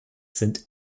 sind